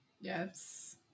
Yes